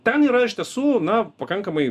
ten yra iš tiesų na pakankamai